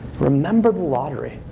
remember the lottery.